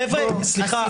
חבר'ה, סליחה.